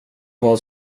vad